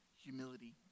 humility